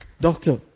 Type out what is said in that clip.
Doctor